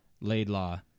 Laidlaw